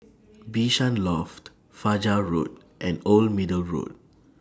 Bishan Loft Fajar Road and Old Middle Road